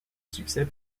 succès